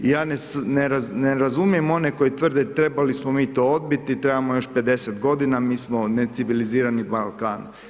Ja ne razumijem one koji tvrde trebali smo mi to dobiti, trebamo još 50 g., mi smo necivilizirani Balkan.